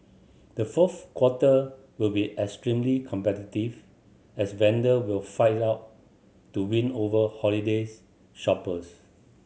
the fourth quarter will be extremely competitive as vendor will fight it out to win over holidays shoppers